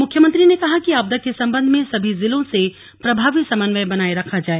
मुख्यमंत्री ने कहा कि आपदा के सम्बन्ध में सभी जिलों से प्रभावी समन्वय बनाये रखा जाए